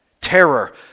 Terror